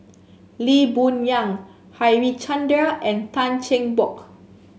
Lee Boon Yang Harichandra and Tan Cheng Bock